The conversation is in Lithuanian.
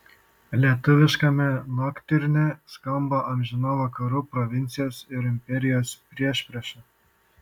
lietuviškame noktiurne skamba amžina vakarų provincijos ir imperijos priešprieša